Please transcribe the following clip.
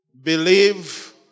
believe